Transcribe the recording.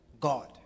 God